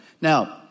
Now